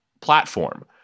platform